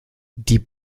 die